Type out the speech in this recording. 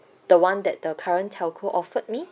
the [one] that the current telco offered me